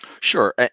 Sure